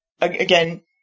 again